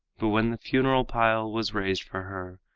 but when the funeral pile was raised for her,